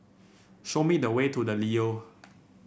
show me the way to The Leo